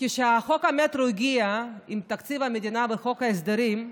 כשחוק המטרו הגיע עם תקציב המדינה בחוק ההסדרים,